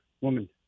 woman